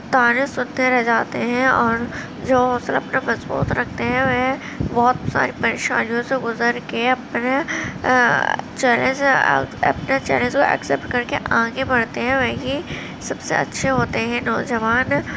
طعنے سنتے رہ جاتے ہیں اور جو حوصلہ اپنا مضبوط رکھتے ہیں وہ بہت ساری پریشانیوں سے گزر کے اپنے چہرے سے اپنے چہرے سے ایکسیپٹ کر کے آگے بڑھتے ہیں وہی سب سے اچھے ہوتے ہیں نوجوان